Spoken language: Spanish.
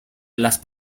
las